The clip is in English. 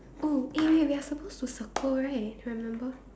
oh eh wait we are supposed to circle right I remember